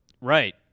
Right